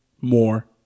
more